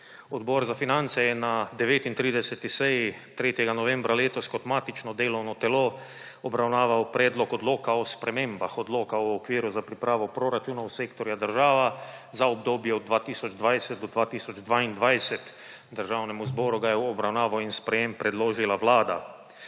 Odbor za finance je na 39. seji 3. novembra letos kot matično delovno telo obravnaval Predlog odloka o spremembah Odloka o okviru za pripravo proračunov sektorja država za obdobje od 2020 do 2022. Državnemu zboru ga je v obravnavo in sprejetje predložila Vlada.